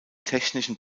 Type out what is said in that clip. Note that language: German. technischen